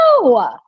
No